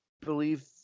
believe